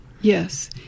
Yes